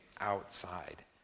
outside